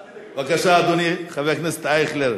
אל תדאגו, בבקשה, אדוני חבר הכנסת אייכלר.